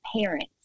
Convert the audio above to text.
parents